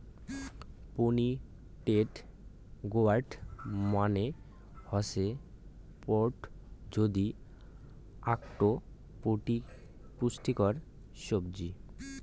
pointed গোয়ার্ড মানে হসে পটল যেটি আকটো পুষ্টিকর সাব্জি